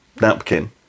napkin